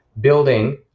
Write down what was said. building